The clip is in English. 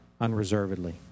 unreservedly